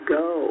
go